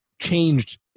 changed